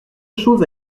chose